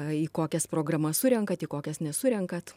į kokias programas surenkat į kokias nesurenkat